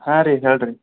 ಹಾಂ ರೀ ಹೇಳಿ ರೀ